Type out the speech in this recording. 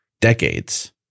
decades